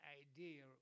idea